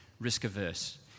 risk-averse